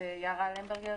אז שמי יערה למברגר,